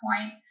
point